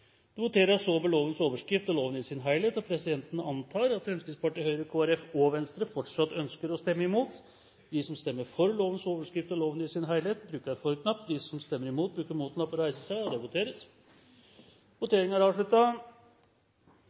Det voteres over lovens overskrift og loven i sin helhet. Presidenten antar at Fremskrittspartiet, Høyre, Kristelig Folkeparti og Venstre fortsatt ønsker å stemme imot. Lovvedtaket vil bli satt opp til andre gangs behandling i et senere møte i Stortinget. Det voteres over lovens overskrift og loven i sin helhet.